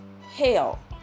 hell